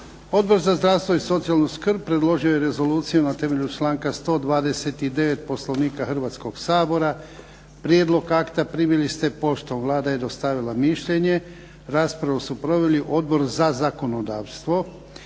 Odbor za zdravstvo i socijalnu skrb predložio je Rezoluciju na temelju članka 129. Poslovnika Hrvatskoga sabora. Prijedlog akta primili ste poštom, Vlada je dostavila mišljenje. Raspravu su proveli Odbor za zakonodavstvo.